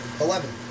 eleven